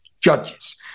judges